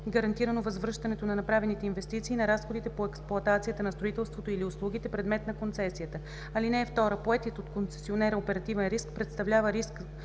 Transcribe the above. гарантирано възвръщането на направените инвестиции и на разходите по експлоатацията на строителството или услугите – предмет на концесията. (2) Поетият от концесионера оперативен риск представлява риск